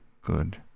good